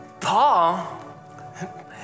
Paul